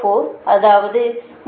04 அதாவது minus j 25